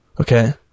Okay